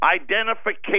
Identification